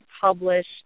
published